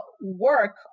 work